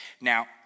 Now